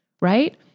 Right